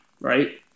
right